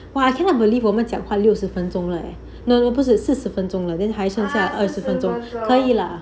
!wah! I cannot believe 我们讲话六十分钟 leh no 不是四十分钟了 then 还剩下二十分钟可以了